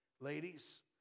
Ladies